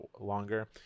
longer